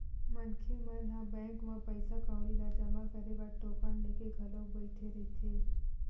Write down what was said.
मनखे मन ह बैंक म पइसा कउड़ी ल जमा करे बर टोकन लेके घलोक बइठे रहिथे